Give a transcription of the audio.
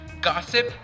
gossip